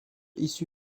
issu